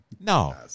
No